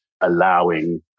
allowing